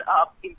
up